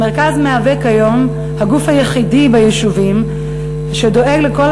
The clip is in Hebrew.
המרכז הוא כיום הגוף היחידי ביישובים שדואג לכל